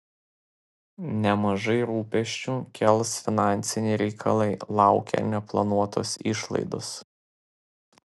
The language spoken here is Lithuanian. nemažai rūpesčių kels finansiniai reikalai laukia neplanuotos išlaidos